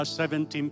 17